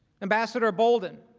ambassador bolton.